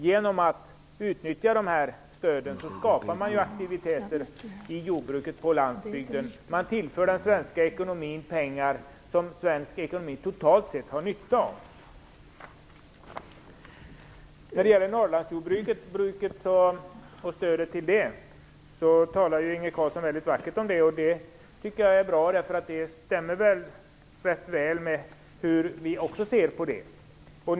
Genom att utnyttja de här stöden skapar man aktiviteter i jordbruket på landsbygden. Man tillför den svenska ekonomin pengar som svensk ekonomi totalt sett har nytta av. Inge Carlsson talar mycket vackert om stödet till Norrlandsjordbruket. Det tycker jag är bra, för det stämmer rätt väl med hur vi också ser på den saken.